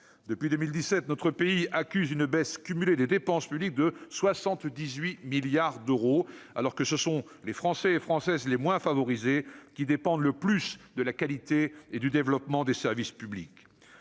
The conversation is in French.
Depuis 2017, notre pays accuse une baisse cumulée des dépenses publiques de 78 milliards d'euros, alors que ce sont les Français et les Françaises les moins favorisés qui dépendent le plus de la qualité et du développement des services publics.